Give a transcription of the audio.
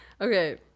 okay